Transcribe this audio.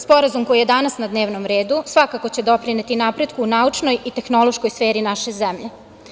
Sporazum koji je danas na dnevnom redu svakako će doprineti napretku naučnoj i tehnološkoj sferi naše zemlje.